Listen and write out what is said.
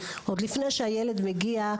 עוד לפני שהילד מגיע,